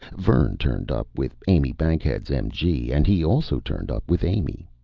vern turned up with amy bankhead's mg, and he also turned up with amy.